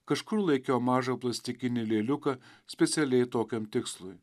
kažkur laikiau mažą plastikinį lėliuką specialiai tokiam tikslui